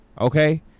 Okay